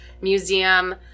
museum